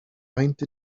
faint